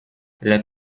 les